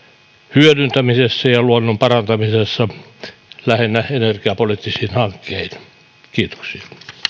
hyödyntämisessä ja luonnon parantamisessa lähinnä energiapoliittisin hankkein kiitoksia